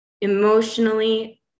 emotionally